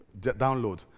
download